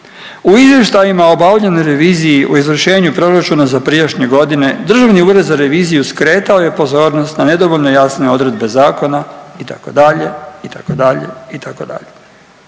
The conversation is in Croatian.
U izvještajima o obavljenoj reviziji u izvršenju proračuna za prijašnje godine Državni ured za reviziju skretao je pozornost na nedovoljno jasne odredbe zakona itd., itd., itd.,